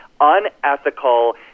unethical